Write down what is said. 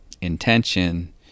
intention